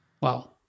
Wow